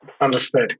Understood